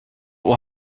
will